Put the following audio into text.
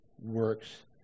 works